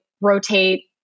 rotate